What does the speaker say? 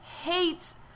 hates